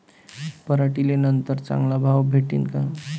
पराटीले नंतर चांगला भाव भेटीन का?